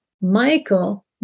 Michael